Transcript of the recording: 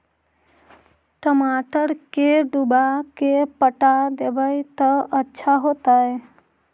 टमाटर के डुबा के पटा देबै त अच्छा होतई?